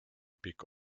pick